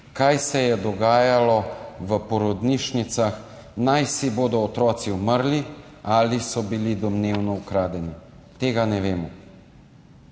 kaj se je dogajalo v porodnišnicah, naj bodo otroci umrli ali so bili domnevno ukradeni, tega ne vemo.